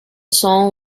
song